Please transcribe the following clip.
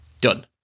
done